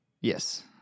Yes